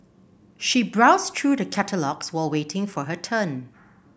she browsed through the catalogues while waiting for her turn